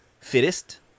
fittest